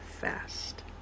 fast